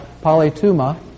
polytuma